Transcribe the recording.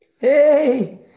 hey